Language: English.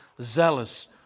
zealous